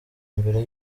mbere